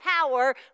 power